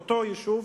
באותו יישוב,